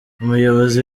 umuyobozi